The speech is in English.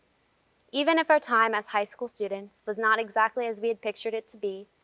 even if our time as high-school students was not exactly as we had pictured it to be,